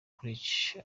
karrueche